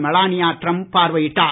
Melania Trump பார்வையிட்டார்